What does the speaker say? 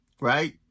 Right